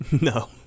No